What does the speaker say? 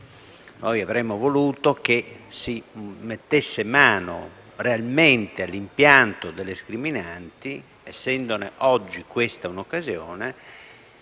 Noi avremmo voluto che si mettesse mano realmente all'impianto delle scriminanti, essendone oggi questa l'occasione,